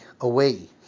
away